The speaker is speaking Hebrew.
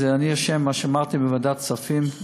ואני אשם במה שאמרתי בוועדת הכספים,